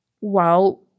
Well